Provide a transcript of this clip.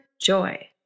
joy